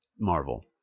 Marvel